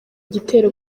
igitero